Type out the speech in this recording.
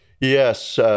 yes